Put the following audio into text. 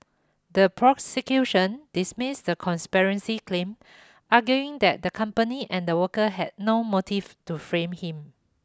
the prosecution dismissed the conspiracy claim arguing that the company and the workers had no motive to frame him